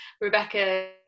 Rebecca